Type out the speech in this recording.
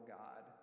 god